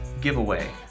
giveaway